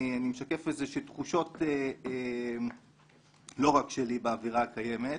אני משקף איזה שהן תחושות לא רק שלי באווירה הקיימת.